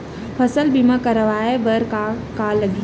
फसल बीमा करवाय बर का का लगही?